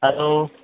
hello